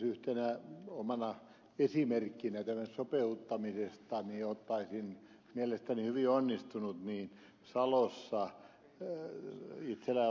yhtenä omana esimerkkinä tästä sopeuttamisesta ottaisin mielestäni hyvin onnistuneen esimerkin